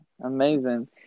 Amazing